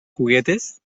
juguetes